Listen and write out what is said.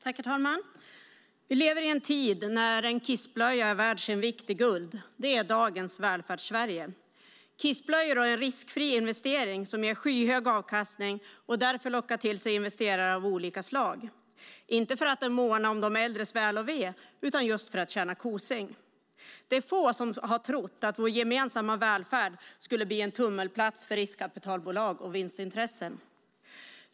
Herr talman! Vi lever i en tid när en kissblöja är värd sin vikt i guld. Det är dagens Välfärdssverige: kissblöjor och en riskfri investering som ger skyhög avkastning och därför lockar till sig investerare av olika slag, inte för att de månar om de äldres väl och ve utan just för att de vill tjäna kosing. Det är få som har trott att vår gemensamma välfärd skulle bli en tummelplats för riskkapitalbolag och vinstintressen.